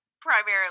primarily